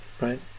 Right